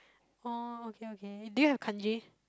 oh okay okay do you have Kanji